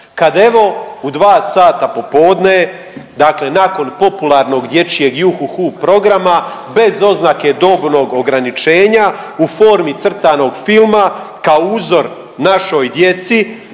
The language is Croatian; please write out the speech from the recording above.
kad evo u 2 sata popodne dakle nakon popularnog dječjeg Juhuhu programa bez oznake dobnog ograničenja u formi crtanog filma kao uzor našoj djeci,